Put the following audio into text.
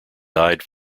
died